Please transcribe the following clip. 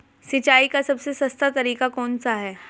सिंचाई का सबसे सस्ता तरीका कौन सा है?